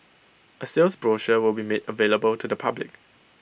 A sales brochure will be made available to the public